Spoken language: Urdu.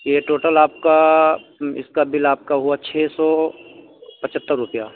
یہ ٹوٹل آپ کا اس کا بل آپ کا ہوا چھ سو پچہتر روپیہ